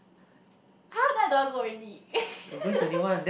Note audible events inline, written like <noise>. !huh! then I don't want go already <laughs>